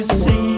see